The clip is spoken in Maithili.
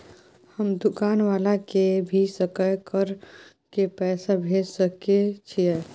हम दुकान वाला के भी सकय कर के पैसा भेज सके छीयै?